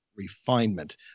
refinement